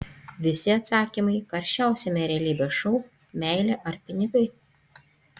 visi atsakymai karščiausiame realybės šou meilė ar pinigai